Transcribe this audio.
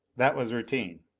that was routine.